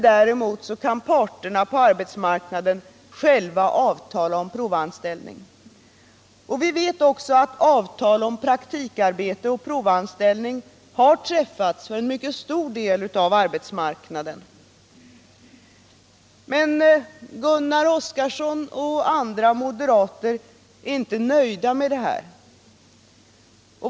Däremot kan parterna på arbetsmarknaden själva avtala om provanställning. Vi vet också att avtal om praktikarbete och provanställning har träffats för en stor del av arbetsmarknaden. Men Gunnar Oskarson och andra moderater är inte nöjda med detta.